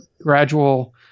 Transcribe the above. gradual